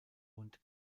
und